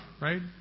right